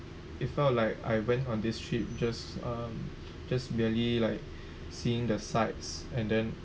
it felt like I went on this trip just um just barely like seeing the sights and then